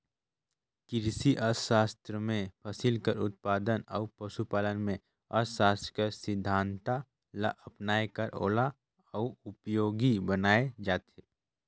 किरसी अर्थसास्त्र में फसिल कर उत्पादन अउ पसु पालन में अर्थसास्त्र कर सिद्धांत ल अपनाए कर ओला अउ उपयोगी बनाए जाथे